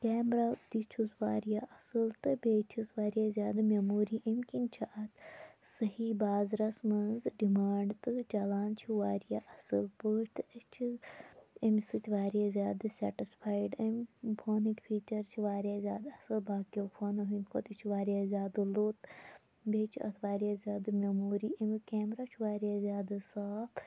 camera تہِ چھُس واریاہ اصٕل تہٕ بیٚیہِ چھِس واریاہ زیادٕ میٚموری امہِ کِنۍ چھِ اتھ سہی بازرَس مَنٛز ڈِمانٛڈ تہٕ چالان چھُ واریاہ اصٕل پٲٹھۍ تہٕ أسۍ چھِ امہ سۭتۍ واریاہ زیادٕ سیٚٹِسفایِڈ امہِ فونٕکۍ فیٖچَر چھِ واریاہ زیادٕ اصٕل باقیو فونَو ہٕنٛد کھۄتہٕ یہِ چھُ واریاہ زیادٕ لوٚت بیٚیہِ چھِ اتھ واریاہ زیادٕ میٚموری امیُک کیمرا چھُ واریاہ زیادٕ صاف